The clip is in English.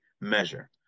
measure